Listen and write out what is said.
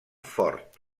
fort